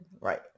Right